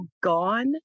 gone